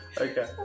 Okay